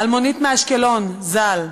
אלמונית מאשקלון ז"ל,